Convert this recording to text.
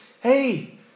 Hey